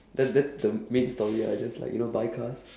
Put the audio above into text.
that's that's the main story I just like you know buy cars